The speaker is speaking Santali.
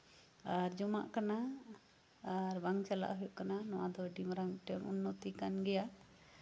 ᱟᱨ ᱡᱚᱢᱟᱜ ᱠᱟᱱᱟ ᱟᱨ ᱵᱟᱝ ᱪᱟᱞᱟᱜ ᱦᱩᱭᱩᱜ ᱠᱟᱱᱟ ᱱᱚᱣᱟ ᱫᱚ ᱟᱰᱤ ᱢᱟᱨᱟᱝ ᱢᱤᱫᱴᱮᱡ ᱩᱱᱱᱚᱛᱤ ᱠᱟᱱ ᱜᱮᱭᱟ